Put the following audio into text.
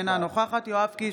אינה נוכחת יואב קיש,